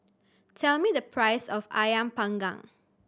tell me the price of Ayam Panggang